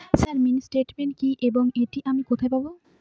Sir mini statement কি এবং এটি আমি কোথায় পাবো?